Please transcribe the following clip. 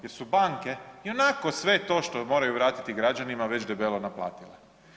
Jer su banke ionako sve to što moraju vratiti građanima već debelo naplatile.